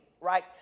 right